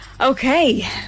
Okay